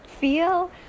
feel